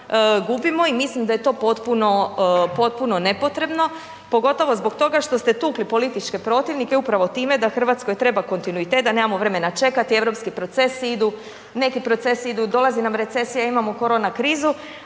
i mislim da je to potpuno, potpuno nepotrebno, pogotovo zbog toga što ste tukli političke protivnike upravo time da RH treba kontinuitet, da nemamo vremena čekati, europski procesi idu, neki procesi idu, dolazi nam recesija, imamo korona krizu,